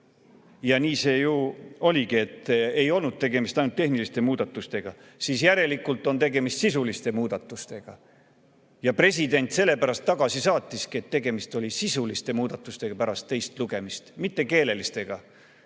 ja nii see ju oligi, et ei olnud tegemist ainult tehniliste muudatustega –, siis järelikult on tegemist sisuliste muudatustega. President sellepärast selle tagasi saatiski, et tegemist oli sisuliste muudatustega pärast teist lugemist, mitte keelelistega.